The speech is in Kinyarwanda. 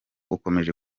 ukomeje